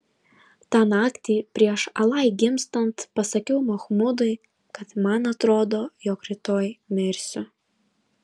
tą naktį prieš alai gimstant pasakiau machmudui kad man atrodo jog rytoj mirsiu